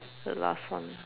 the last one ya